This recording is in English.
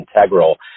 integral